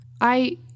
I